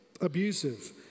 abusive